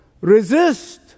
Resist